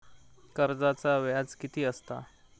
कर्जाचा व्याज कीती असता?